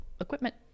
equipment